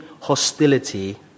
hostility